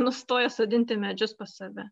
nustoja sodinti medžius pas save